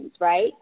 right